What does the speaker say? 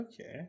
okay